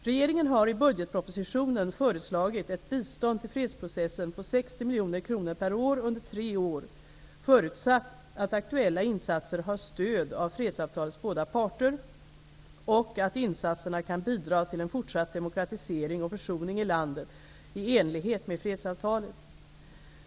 Regeringen har i budgetpropositionen föreslagit ett bistånd till fredsprocessen på 60 miljoner kronor per år under tre år, förutsatt att aktuella insatser har stöd av fredsavtalets båda parter, och att insatserna kan bidra till en fortsatt demokratisering och försoning i landet i enlighet med fredsavtalet.